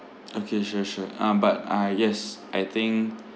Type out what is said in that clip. okay sure sure uh but uh yes I think